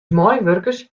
meiwurkers